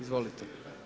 Izvolite.